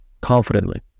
confidently